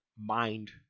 mind